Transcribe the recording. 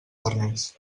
farners